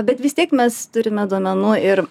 bet vis tiek mes turime duomenų ir